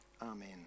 Amen